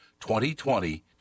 2020